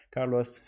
Carlos